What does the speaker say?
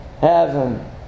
heaven